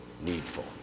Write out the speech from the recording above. needful